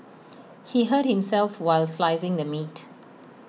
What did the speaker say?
he hurt himself while slicing the meat